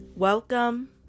Welcome